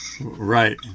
right